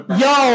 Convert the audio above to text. yo